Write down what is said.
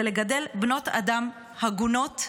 היא לגדל בנות אדם הגונות,